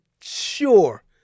sure